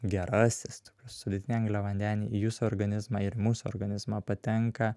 gerasis tokius sudėtiniai angliavandeniai į jūsų organizmą ir į mūsų organizmą patenka